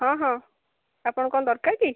ହଁ ହଁ ଆପଣଙ୍କୁ କ'ଣ ଦରକାର କି